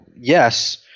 yes